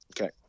okay